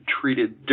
treated